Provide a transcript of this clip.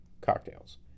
cocktails